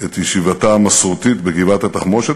את ישיבתה המסורתית בגבעת-התחמושת,